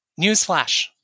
Newsflash